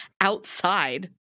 outside